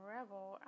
Rebel